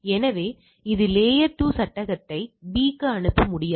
எனவே இது லேயர்2 சட்டகத்தை B க்கு அனுப்ப முடியாது